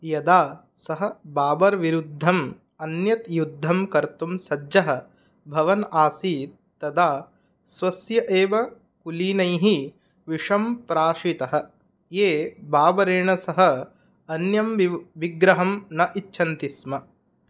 यदा सः बाबर् विरुद्धम् अन्यत् युद्धं कर्तुं सज्जः भवन् आसीत् तदा स्वस्य एव कुलीनैः विषं प्राशितः ये बाबरेण सह अन्यं विव् विग्रहं न इच्छन्ति स्म